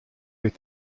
est